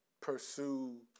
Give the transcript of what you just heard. pursue